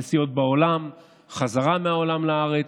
נסיעות בעולם, חזרה מהעולם לארץ,